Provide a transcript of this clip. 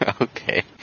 Okay